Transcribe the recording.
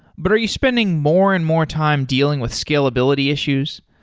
but are you spending more and more time dealing with scalability issues?